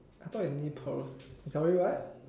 I thought it's only pearls sorry what